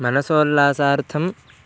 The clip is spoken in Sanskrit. मनसोल्लासार्थं